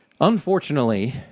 Unfortunately